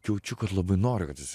jaučiu kad labai noriu kad jis